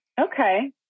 Okay